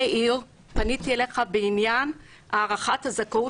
מאיר - פניתי אליך בעניין הארכת הזכאות